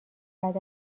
بعد